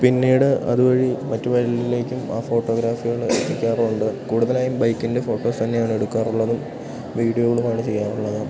പിന്നീട് അതു വഴി മറ്റു വല്ലറ്റിലേക്കും ആ ഫോട്ടോഗ്രാഫുകൾ എത്തിക്കാറുമുണ്ട് കൂടുതലായും ബൈക്കിൻ്റെ ഫോട്ടോസ് തന്നെയാണെടുക്കാറുള്ളതും വീഡിയോകളുമാണ് ചെയ്യാറുള്ളത്